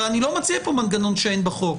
אבל אני לא מציע פה מנגנון שאין בחוק.